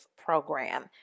program